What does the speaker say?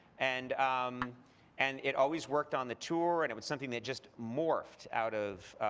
and um and it always worked on the tour, and it was something that just morphed out of